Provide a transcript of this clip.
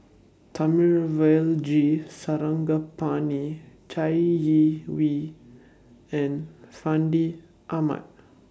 G Sarangapani Chai Yee Wei and Fandi Ahmad